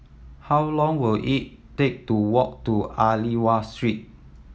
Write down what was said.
how long will it take to walk to Aliwal Street